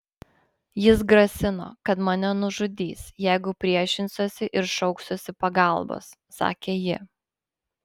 jis grasino kad mane nužudys jeigu priešinsiuosi ir šauksiuosi pagalbos sakė ji